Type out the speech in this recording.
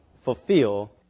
Fulfill